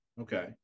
okay